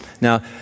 Now